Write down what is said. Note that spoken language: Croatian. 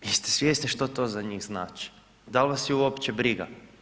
Jeste svjesni što to za njih znači, dal vas je uopće briga?